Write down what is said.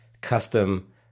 custom